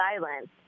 silence